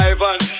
Ivan